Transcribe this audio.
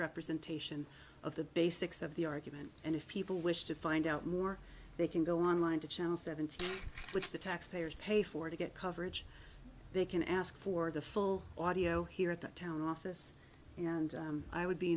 representation of the basics of the argument and if people wish to find out more they can go online to channel seventeen which the taxpayers pay for to get coverage they can ask for the full audio here at the town office and i would be